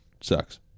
sucks